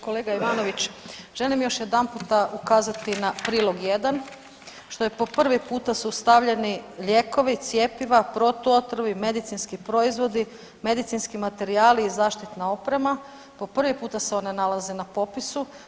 Kolega Ivanović, želim još jedanputa ukazati na prilog jedan što je po prvi puta su stavljeni lijekovi, cjepiva, protuotrovi, medicinski proizvodi, medicinski materijali i zaštitna oprema, po prvi puta se one nalaze na popisu.